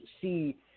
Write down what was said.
see